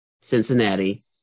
Cincinnati